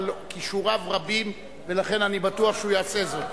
אבל כישוריו רבים ולכן אני בטוח שהוא יעשה זאת.